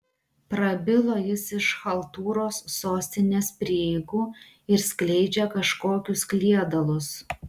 prabilo jis iš chaltūros sostinės prieigų ir skleidžia kažkokius kliedalus